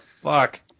Fuck